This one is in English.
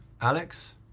Alex